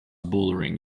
bouldering